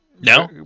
no